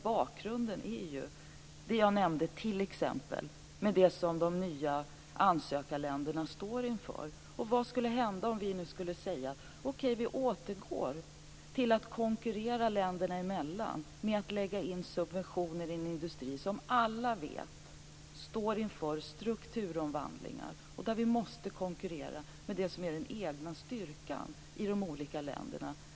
Bakgrunden är det jag nämnt, t.ex. det som de nya ansökarländerna står inför. Jag undrar vad som skulle hända om vi nu sade: Okej, vi återgår till att konkurrera länderna emellan, genom att lägga in subventioner i en industri som alla vet står inför strukturomvandlingar och där vi måste konkurrera med det som är den egna styrkan i de olika länderna.